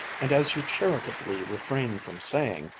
and as you charitably refrained from saying,